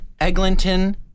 Eglinton